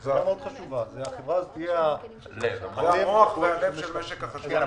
זאת הערה מאוד חשובה החברה הזאת תהיה הלב והמוח של משק החשמל.